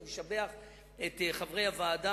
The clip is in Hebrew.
אני משבח את חברי הוועדה,